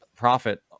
profit